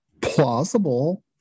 plausible